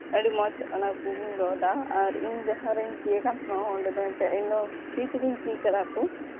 ᱟᱹᱰᱤ ᱢᱚᱡᱽ ᱚᱱᱟ ᱠᱚᱦᱚᱸᱧ ᱨᱚᱜᱫᱟ ᱟᱨ ᱤᱧ ᱡᱟᱦᱟᱸ ᱨᱮᱧ ᱚᱸᱰᱮ ᱫᱚ ᱮᱱᱛᱮᱜ ᱤᱧᱫᱚ ᱯᱷᱨᱤ ᱛᱮᱜᱮᱧ ᱪᱮᱫ ᱠᱟᱫᱟ ᱠᱚ